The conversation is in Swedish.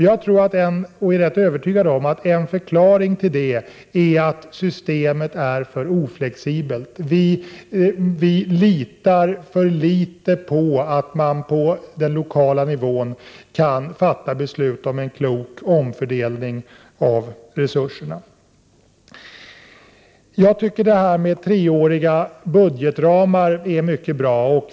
Jag är rätt övertygad om att en förklaring till detta är att systemet är för oflexibelt: vi litar för litet på att man på den lokala nivån kan fatta beslut om en klok omfördelning av resurser. Jag tycker att de treåriga budgetramarna är mycket bra.